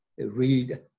read